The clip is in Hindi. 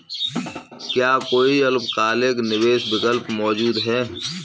क्या कोई अल्पकालिक निवेश विकल्प मौजूद है?